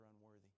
unworthy